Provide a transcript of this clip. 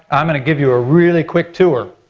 i'm gonna give you a really quick tour.